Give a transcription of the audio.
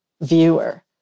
viewer